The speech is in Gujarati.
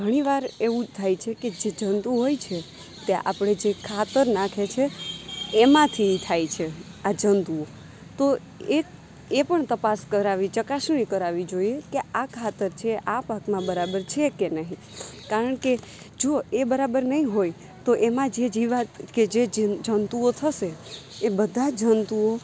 ઘણીવાર એવું થાય છે કે જે જંતુ હોય છે તે આપણે જે ખાતર નાખીએ છીએ એમાંથી થાય છે આ જંતુઓ તો એ પણ તપાસ કરાવી ચકાસણી કરાવી જોઈએ કે આ ખાતર છે આ પાકમાં બરાબર છે કે નહીં કારણકે જુઓ એ બરાબર ન હોય તો એમાં જે જીવાત કે જે જંતુઓ થશે એ બધા જંતુઓ